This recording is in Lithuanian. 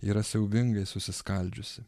yra siaubingai susiskaldžiusi